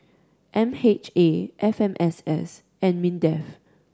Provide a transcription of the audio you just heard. M H A F M S S and MINDEF